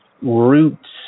roots